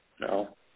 No